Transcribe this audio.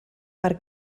per